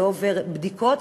שלא עובר בדיקות.